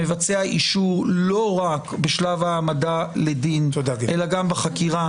שמבצע אישור לא רק בשלב העמדה לדין אלא גם בחקירה,